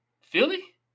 Philly